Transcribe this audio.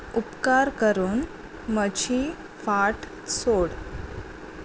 उपकार करून म्हजी फाट सोड